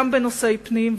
גם בנושאי פנים,